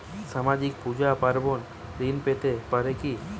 সামাজিক পূজা পার্বণে ঋণ পেতে পারে কি?